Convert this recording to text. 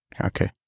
Okay